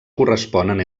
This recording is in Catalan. corresponen